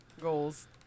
goals